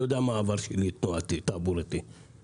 יודע מה העבר התנועתי-תעבורתי שלי.